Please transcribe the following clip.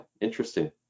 interesting